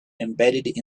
embedded